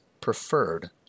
preferred